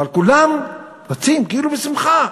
אבל כולם רצים כאילו בשמחה: